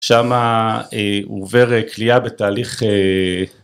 שם עובר קלייה בתהליך